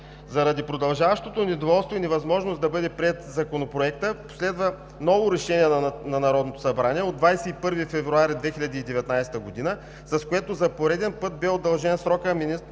Заради продължаващото недоволство и невъзможност да бъде приет Законопроектът последва ново решение на Народното събрание от 21 февруари 2019 г., с което за пореден път бе удължен срокът министърът